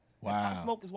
Wow